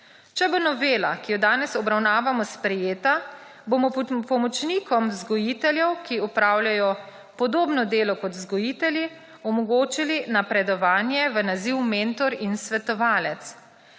Če bo novela, ki jo danes obravnavamo, sprejeta, bomo pomočnikom vzgojiteljev, ki opravljajo podobno delo, kot vzgojitelji, omogočili napredovanje v naziv mentor in svetovalec.